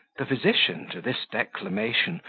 the physician, to this declamation,